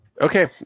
okay